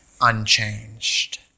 unchanged